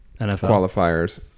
qualifiers